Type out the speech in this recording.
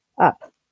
up